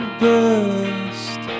burst